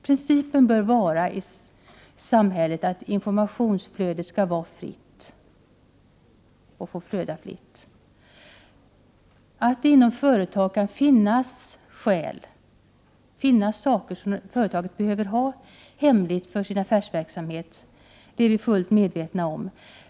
Principen bör vara att informationsflödet i samhället skall vara fritt. Vi är fullt medvetna om att det inom ett företag kan finnas information som företaget behöver ha hemligt av hänsyn till sin affärsverksamhet.